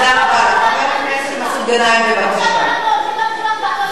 זה לא התפקיד שלך, זה לא התפקיד שלך.